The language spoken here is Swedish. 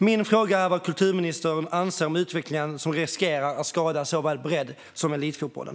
Min fråga är vad kulturministern anser om utvecklingen, som riskerar att skada såväl bredd som elitfotbollen.